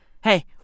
Hey